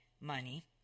money